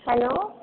hello